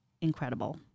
incredible